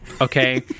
okay